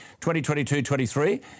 2022-23